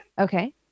Okay